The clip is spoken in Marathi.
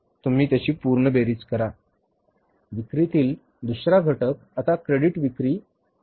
5 दशलक्ष डॉलर्स किंवा असे म्हणता येईल की या तिमाहीच्या अखेरीस आम्ही 15 लाख डॉलर्सची विक्री करणार आहोत